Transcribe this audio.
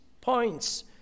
points